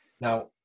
Now